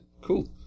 cool